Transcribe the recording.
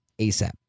ASAP